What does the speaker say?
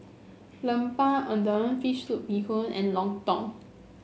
Lemper Udang fish soup Bee Hoon and lontong